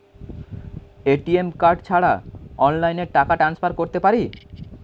ATM card ছাড়া অনলাইনে টাকা টান্সফার করতে পারি?